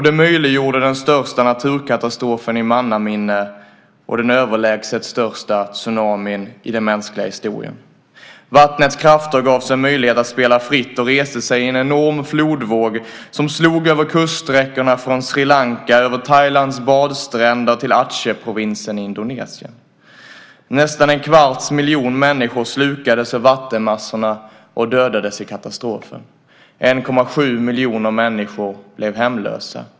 Det möjliggjorde den största naturkatastrofen i mannaminne och den överlägset största tsunamin i den mänskliga historien. Vattnets krafter gavs en möjlighet att spela fritt och reste sig i en enorm flodvåg som slog över kuststräckorna från Sri Lanka över Thailands badstränder till Acehprovinsen i Indonesien. Nästan en kvarts miljon människor slukades av vattenmassorna och dödades i katastrofen. 1,7 miljoner människor blev hemlösa.